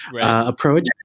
approach